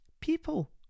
people